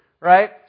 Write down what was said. Right